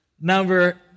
number